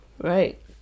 right